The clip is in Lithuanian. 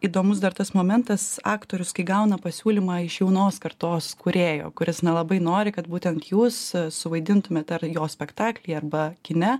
įdomus dar tas momentas aktorius kai gauna pasiūlymą iš jaunos kartos kūrėjo kuris nelabai nori kad būtent jūs suvaidintumėt ar jo spektaklyje arba kine